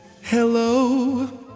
Hello